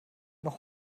noch